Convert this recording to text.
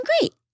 great